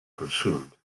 consumed